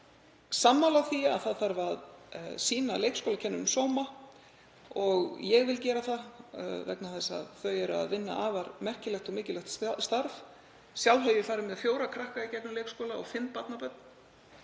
sammála því að það þarf að sýna leikskólakennurum sóma og ég vil gera það vegna þess að þau eru að vinna afar merkilegt og mikilvægt starf. Sjálf hef ég farið með fjóra krakka í gegnum leikskóla og fimm barnabörn